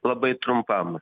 labai trumpam